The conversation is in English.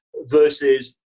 versus